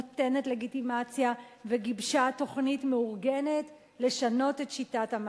נותנת לגיטימציה וגיבשה תוכנית מאורגנת לשנות את שיטת המאבק.